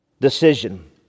decision